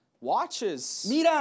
watches